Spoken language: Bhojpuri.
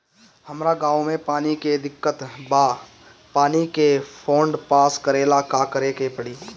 हमरा गॉव मे पानी के दिक्कत बा पानी के फोन्ड पास करेला का करे के पड़ी?